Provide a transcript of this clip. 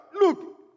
look